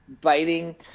biting